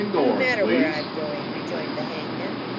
no matter where i'm going rejoined the hangman,